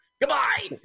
Goodbye